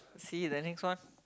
see the next one